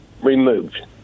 removed